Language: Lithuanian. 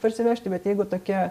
parsivežti bet jeigu tokia